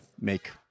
make